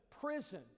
prison